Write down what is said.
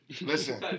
Listen